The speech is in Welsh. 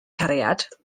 cariad